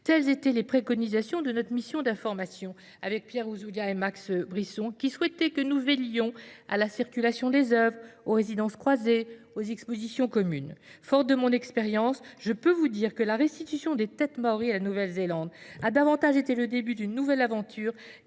telles étaient les préconisations de notre mission d'information avec Pierre Ouzoulia et Max Brisson qui souhaitaient que nous vélions à la circulation des œuvres, aux résidences croisées, aux expositions communes. Fort de mon expérience, je peux vous dire que la restitution des têtes mauries à la Nouvelle-Zélande a davantage été le début d'une nouvelle aventure,